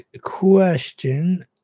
question